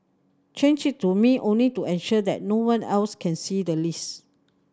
change it to me only to ensure that no one else can see the list